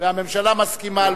והממשלה מסכימה.